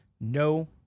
No